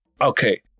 okay